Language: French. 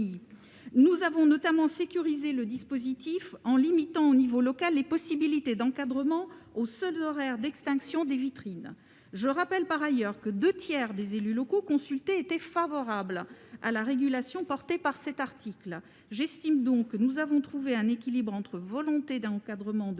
Nous avons notamment sécurisé le dispositif, en limitant au niveau local les possibilités d'encadrement aux seuls horaires d'extinction des vitrines. Je rappelle, par ailleurs, que deux tiers des élus locaux consultés étaient favorables à la régulation prévue dans cet article. J'estime donc que nous avons trouvé un équilibre entre volonté d'encadrement de pratiques